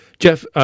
Jeff